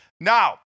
Now